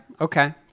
Okay